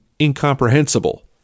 incomprehensible